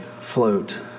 float